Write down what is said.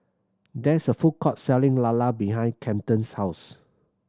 there is a food court selling lala behind Kamden's house